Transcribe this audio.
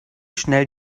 schnell